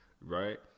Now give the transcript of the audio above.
right